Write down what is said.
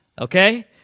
Okay